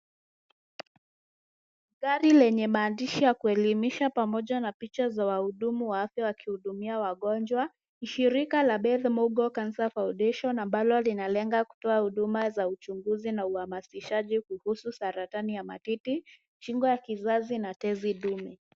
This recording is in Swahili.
Gari lenye maandishi ya kielimisha pamoja na picha za wahudumu wa afya wakihudumia wagonjwa ni shirika la Beth Mugo Cancer Foundation ambalo linalenga kutoa huduma za uchunguzi na uhamasishaji kuhusu saratani ya matiti, shingo ya kizazi na tezi dume.